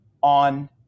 on